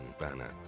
banner